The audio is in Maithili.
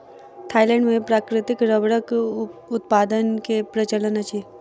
थाईलैंड मे प्राकृतिक रबड़क उत्पादन के प्रचलन अछि